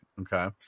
okay